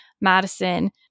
Madison